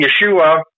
Yeshua